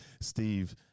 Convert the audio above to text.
Steve